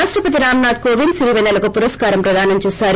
రాష్టపతి రామ్నాథ్ కోవింద్ సిరిపెన్నె లకు పురస్కారం ప్రదానం చేశారు